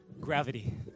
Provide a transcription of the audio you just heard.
Gravity